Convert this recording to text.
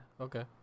Okay